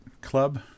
club